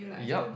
yup